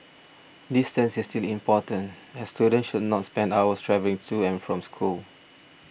distance is still important as students should not spend hours travelling to and from school